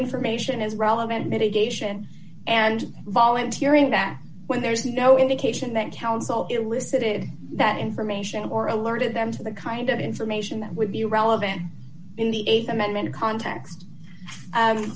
information it is relevant mitigation and volunteering that when there is no indication that counsel elicited that information or alerted them to the kind of information that would be relevant in the th amendment cont